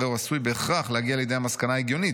הרי הוא עשוי בהכרח להגיע לידי המסקנה ההגיונית,